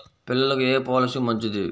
పిల్లలకు ఏ పొలసీ మంచిది?